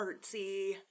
artsy